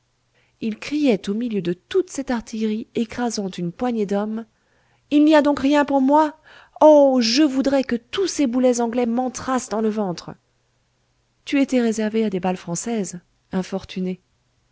il criait au milieu de toute cette artillerie écrasant une poignée d'hommes il n'y a donc rien pour moi oh je voudrais que tous ces boulets anglais m'entrassent dans le ventre tu étais réservé à des balles françaises infortuné